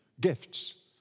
gifts